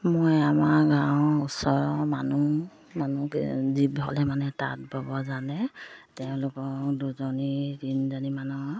মই আমাৰ গাঁৱৰ ওচৰৰ মানুহ মানুহ যিসকলে মানে তাঁত ব'ব জানে তেওঁলোকৰ দুজনী তিনজনী মানুহ